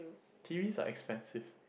T_Vs are expensive